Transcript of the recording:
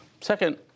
Second